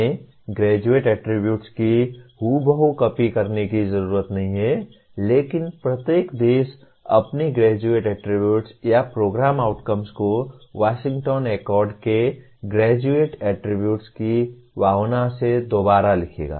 हमें graduate attributes की हूबहू कॉपी करने की जरूरत नहीं है लेकिन प्रत्येक देश अपने ग्रेजुएट एट्रिब्यूट्स या प्रोग्राम आउटकम्स को वाशिंगटन एकॉर्ड के ग्रेजुएट एट्रिब्यूट्स की भावना से दोबारा लिखेगा